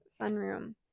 sunroom